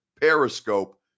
Periscope